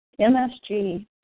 MSG